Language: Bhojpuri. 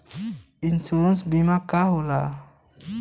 इन्शुरन्स बीमा का होला?